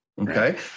Okay